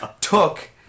took